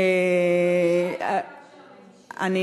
זה לא היה הקו של,